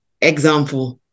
Example